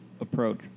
approach